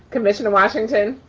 commissioner washington.